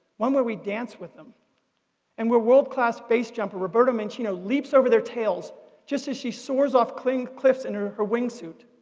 one where we dance with them and where world-class base jumper roberta mancino leaps over their tails just as she soars off cliffs cliffs in her her wing suit.